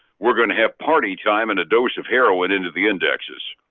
we're going to have party time and a dose of heroin into the indexes.